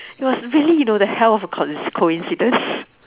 it was really you know the hell of a con~ coincidence